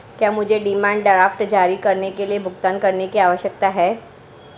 क्या मुझे demand draft जारी करने के लिए भुगतान करने की आवश्यकता है?